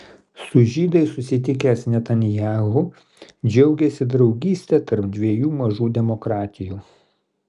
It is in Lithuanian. su žydais susitikęs netanyahu džiaugėsi draugyste tarp dviejų mažų demokratijų